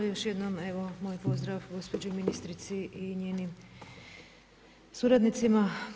Još jednom evo moj pozdrav gospođi ministrici i mojim suradnicima.